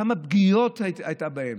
כמה פגיעות היו בה.